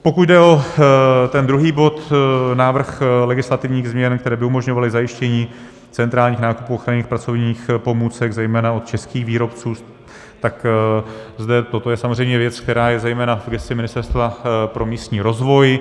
Pokud jde o ten druhý bod, návrh legislativních změn, které by umožňovaly zajištění centrálních nákupů ochranných pracovních pomůcek zejména od českých výrobců, tak zde toto je samozřejmě věc, která je zejména v gesci Ministerstva pro místní rozvoj.